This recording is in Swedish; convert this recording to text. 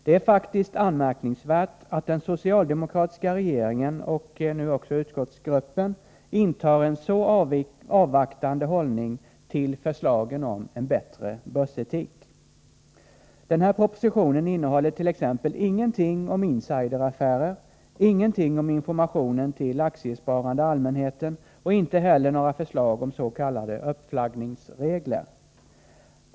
Det är faktiskt anmärkningsvärt att den socialdemokratiska regeringen och nu också socialdemokraterna i utskottet intar en så avvaktande hållning till förslagen om en bättre börsetik. Den här propositionen innehåller t.ex. ingenting om insideraffärer, ingenting om informationen till den aktiesparande allmänheten och inte heller några förslag om s.k. uppflaggningsregler.